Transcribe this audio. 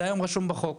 זה היום רשום בחוק.